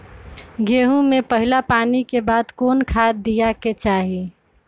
गेंहू में पहिला पानी के बाद कौन खाद दिया के चाही?